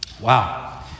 Wow